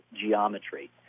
geometry